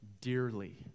dearly